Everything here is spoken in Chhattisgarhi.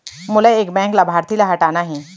मोला एक बैंक लाभार्थी ल हटाना हे?